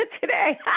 today